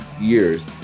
year's